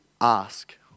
ask